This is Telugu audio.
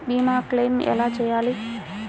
భీమ క్లెయిం ఎలా చేయాలి?